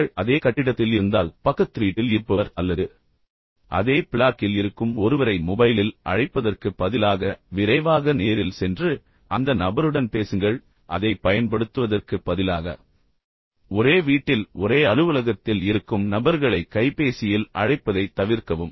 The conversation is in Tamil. நீங்கள் அதே கட்டிடத்தில் இருந்தால் பக்கத்து வீட்டில் இருப்பவர் அல்லது அதே பிளாக்கில் இருக்கும் ஒருவரை மொபைலில் அழைப்பதற்குப் பதிலாக விரைவாக நேரில் சென்று அந்த நபருடன் பேசுங்கள் அதைப் பயன்படுத்துவதற்குப் பதிலாக ஒரே வீட்டில் ஒரே அலுவலகத்தில் இருக்கும் நபர்களை கைபேசியில் அழைப்பதைத் தவிர்க்கவும்